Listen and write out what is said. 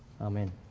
Amen